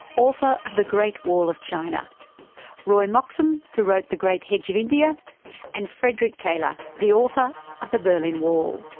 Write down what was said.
author of the great wall of china roy moxham who wrote the great hedge of india and fredrick taylor, the author of the berlin wall.